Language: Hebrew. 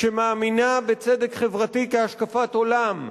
שמאמינה בצדק חברתי כהשקפת עולם,